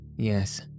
Yes